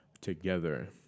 together